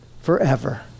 forever